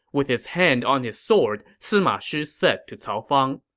with his hand on his sword, sima shi said to cao fang,